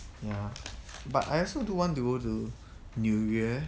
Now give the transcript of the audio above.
ya but I also do want to go to 纽约